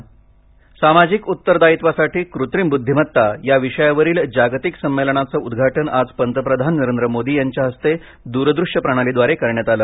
कृत्रिम बद्धिमत्ता सामाजिक उत्तरदायित्वासाठी कृत्रिम बुद्धीमत्ता या विषयावरील जागतिक संमेलनाचं उद्घाटन आज पंतप्रधान नरेंद्र मोदी यांच्या हस्ते द्रदृष्य प्रणलीद्वारे करण्यात आलं